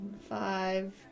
five